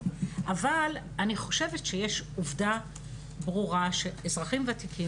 אבל אני חושבת שיש עובדה ברורה שאזרחים וותיקים,